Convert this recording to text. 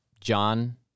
John